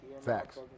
Facts